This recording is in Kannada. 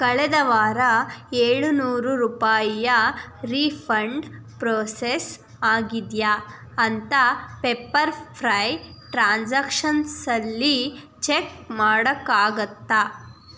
ಕಳೆದ ವಾರ ಏಳು ನೂರು ರೂಪಾಯಿಯ ರೀಫಂಡ್ ಪ್ರೋಸೆಸ್ ಆಗಿದೆಯಾ ಅಂತ ಪೆಪ್ಪರ್ ಫ್ರೈ ಟ್ರಾನ್ಸಾಕ್ಷನ್ಸಲ್ಲಿ ಚೆಕ್ ಮಾಡೋಕ್ಕಾಗತ್ತಾ